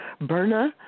Berna